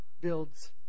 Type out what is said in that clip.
builds